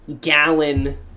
Gallon